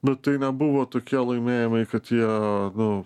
nu tai nebuvo tokie laimėjimai kad jie nu